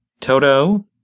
Toto